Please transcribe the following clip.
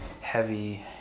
heavy